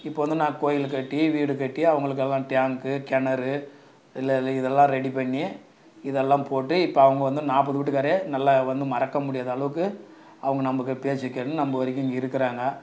இப்போ வந்து நான் கோவிலு கட்டி வீடுக்கட்டி அவங்களுக்கு டேங்க்கு கிணறு இதெல்லாம் ரெடி பண்ணி இதெல்லாம் போட்டு இப்போ அவங்க வந்து நாற்பது வீட்டுக்காரே நல்லா வந்து மறக்கமுடியாத அளவுக்கு அவங்க நம்ம பேச்சை கேட்டுன்னு நம்ம வரைக்கும் இங்கே இருக்கிறாங்க